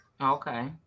Okay